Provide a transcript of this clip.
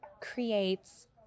creates